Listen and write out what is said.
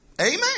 amen